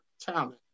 talent